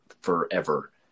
forever